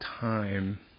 time